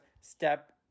step